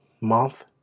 Month